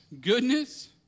goodness